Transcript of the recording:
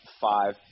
five